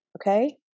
Okay